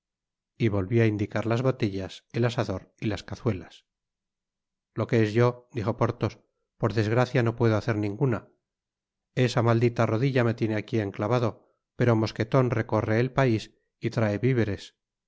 y volvia á indicar las botellas el asador y las cazuelas lo que es yo dijo porthos por desgracia no puedo hacer ninguna esa maldita rodilla me tiene aqui enclavado pero mosqueton recorre el pais y trae viveres